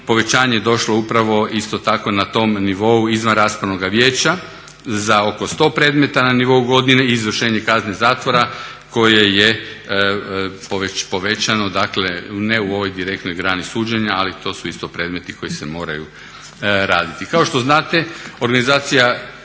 povećanje je došlo upravo isto tako na tom nivou izvanraspravnoga vijeća za oko 100 predmeta na nivou godine i izvršenje kazne zatvora koje je povećano dakle ne u ovoj direktnoj grani suđenja, ali to su isto predmeti koji se moraju raditi.